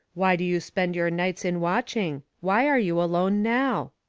why do you spend your nights in watching? why are you alone now?